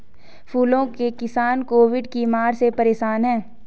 फूलों के किसान कोविड की मार से परेशान है